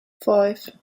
five